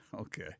Okay